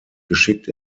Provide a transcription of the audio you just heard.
geschickt